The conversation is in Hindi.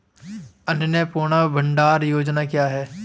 अन्नपूर्णा भंडार योजना क्या है?